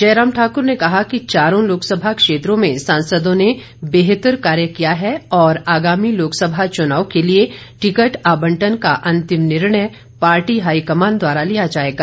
जयराम ठाकुर ने कहा कि चारों लोकसभा क्षेत्रों में सांसदों ने बेहतर कार्य किया है और आगामी लोकसभा चुनाव के लिए टिकट आबंटन का अंतिम निर्णय पार्टी हाईकमान द्वारा लिया जाएगा